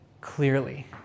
clearly